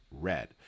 red